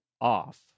off